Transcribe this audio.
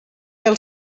del